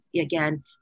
again